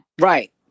Right